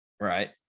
Right